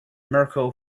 mirco